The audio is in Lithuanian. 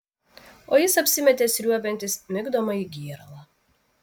o jis apsimetė sriuobiantis migdomąjį gėralą